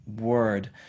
word